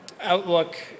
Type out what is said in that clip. outlook